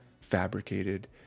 fabricated